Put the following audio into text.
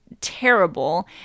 terrible